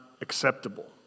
acceptable